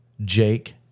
jake